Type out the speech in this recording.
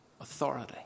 authority